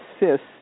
assist